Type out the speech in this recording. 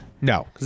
No